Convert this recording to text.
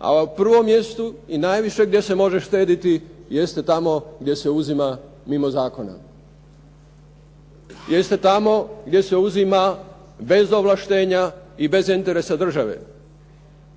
A na prvom mjestu i najviše gdje se može štediti jeste tamo gdje se uzima mimo zakona, jeste tamo gdje se uzima bez ovlaštenja i bez interesa države,